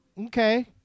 Okay